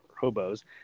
hobos